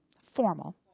Formal